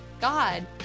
God